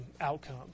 outcome